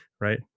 right